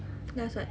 last what